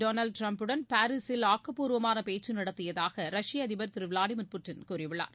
டோனால்டுட்ரம்ப்புடன் பாரிசில் ஆக்கப்பூர்வமானபேச்சுநடத்தியதாக ரஷ்ய அதிபர் திருவிளாடிமிர் புடின் கூறியுள்ளார்